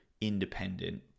independent